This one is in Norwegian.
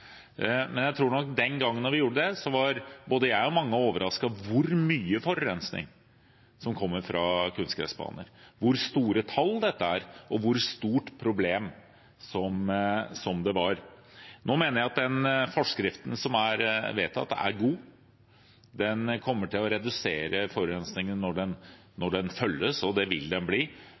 var både jeg og mange andre overrasket over hvor mye forurensning som kom fra kunstgressbaner, hvor store tall dette var, og hvor stort problem det var. Nå mener jeg at den forskriften som er vedtatt, er god. Den kommer til å redusere forurensningen når den følges – og den vil bli fulgt – med 90 pst., fra et veldig høyt utslippstall. Jeg er enig i at det